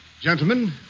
gentlemen